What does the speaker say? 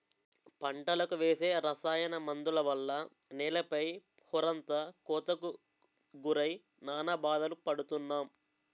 పంటలకు వేసే రసాయన మందుల వల్ల నేల పై పొరంతా కోతకు గురై నానా బాధలు పడుతున్నాం